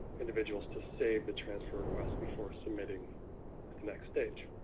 individuals to save the transfer request before submitting to the next stage.